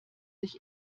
sich